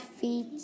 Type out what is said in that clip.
feet